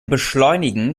beschleunigen